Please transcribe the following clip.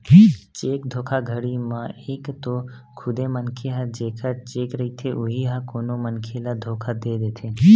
cheque धोखाघड़ी म एक तो खुदे मनखे ह जेखर चेक रहिथे उही ह कोनो मनखे ल धोखा दे देथे